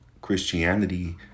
Christianity